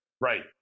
Right